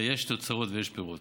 ויש תוצאות ויש פירות.